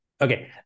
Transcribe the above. Okay